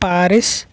Paris